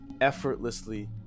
effortlessly